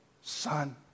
son